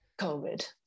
COVID